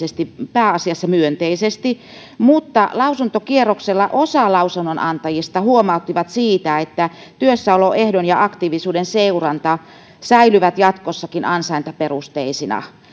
pääasiassa myönteisesti mutta lausuntokierroksella osa lausunnonantajista huomautti siitä että työssäoloehdon ja aktiivisuuden seuranta säilyy jatkossakin ansaintaperusteisena